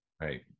Right